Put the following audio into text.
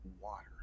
water